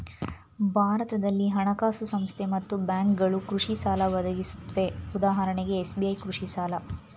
ಭಾರತದಲ್ಲಿ ಹಣಕಾಸು ಸಂಸ್ಥೆ ಮತ್ತು ಬ್ಯಾಂಕ್ಗಳು ಕೃಷಿಸಾಲ ಒದಗಿಸುತ್ವೆ ಉದಾಹರಣೆಗೆ ಎಸ್.ಬಿ.ಐ ಕೃಷಿಸಾಲ